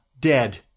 dead